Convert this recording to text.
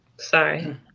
Sorry